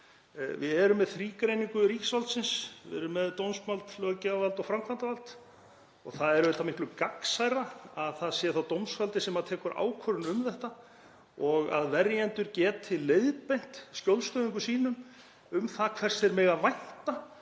Við erum með þrískiptingu ríkisvaldsins. Við erum með dómsvald, löggjafarvald og framkvæmdarvald og það er auðvitað miklu gagnsærra að það sé þá dómsvaldið sem tekur ákvörðun um þetta og að verjendur geti leiðbeint skjólstæðingum sínum um það hvers þeir mega vænta.